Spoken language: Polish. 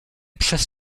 przez